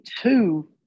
two